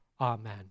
Amen